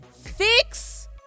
fix